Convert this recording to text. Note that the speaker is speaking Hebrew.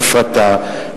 הפרטה,